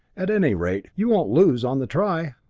at any rate, you won't lose on the try!